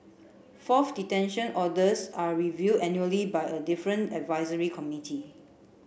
fourth detention orders are reviewed annually by a different advisory committee